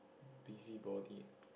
busybody